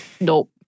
nope